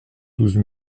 douze